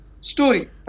story